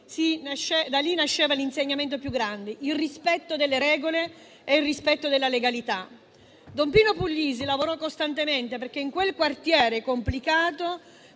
da lì nasceva l'insegnamento più grande: il rispetto delle regole e il rispetto della legalità. Don Pino Puglisi lavorò costantemente perché in quel quartiere complicato